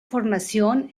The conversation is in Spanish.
formación